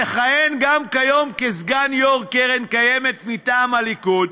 המכהן גם כיום כסגן יו"ר קרן קיימת מטעם הליכוד